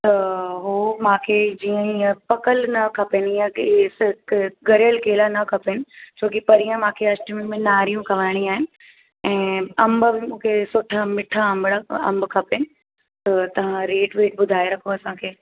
त उहो मांखे जीअं इअं पकल न खपेनि इअं कि इस क ॻरियल केला न खपेनि छो कि परींहं मांखे अष्टमी में नाड़ियूं खाराइणी आहिनि ऐं अंब बि मूंखे सुठा मिट्ठा अंबणक अंब खपेनि त तव्हां रेट वेट ॿुधाए रखो असांखे